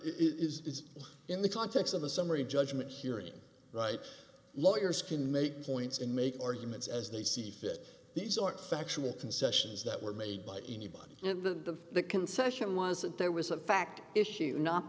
is in the context of the summary judgment hearing right lawyers can make points and make arguments as they see fit these are factual concessions that were made by anybody at the concession was that there was a fact issue not